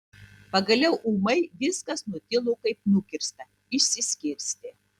pagaliau ūmai viskas nutilo kaip nukirsta išsiskirstė